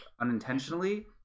unintentionally